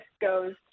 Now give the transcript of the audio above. goes